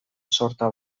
sorta